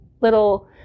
little